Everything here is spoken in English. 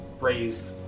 raised